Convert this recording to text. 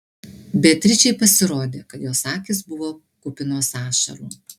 beatričei pasirodė kad jos akys buvo kupinos ašarų